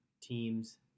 teams